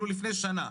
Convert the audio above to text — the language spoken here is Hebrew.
לפני שנה,